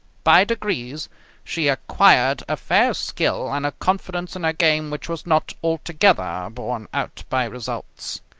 by degrees she acquired a fair skill and a confidence in her game which was not altogether borne out by results.